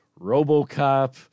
Robocop